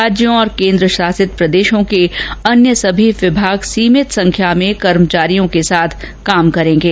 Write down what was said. राज्यों और केंद्र शासित प्रदेशों के अन्य सभी विभाग सीमित संख्या में कर्मचारियों के साथ काम करेंगे